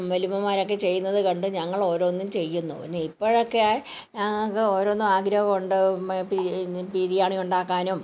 വല്യമ്മമാരൊക്കെ ചെയ്യുന്നത് കണ്ടും ഞങ്ങൾ ഓരോന്നും ചെയ്യുന്നു പിന്നെ ഇപ്പോഴൊക്കെ ആയി ഞങ്ങൾക്ക് ഓരോന്ന് ആഗ്രഹം ഉണ്ടാവുമ്പോൾ പിന്നെ ബിരിയാണി ഉണ്ടാക്കാനും